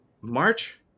March